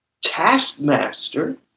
taskmaster